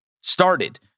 started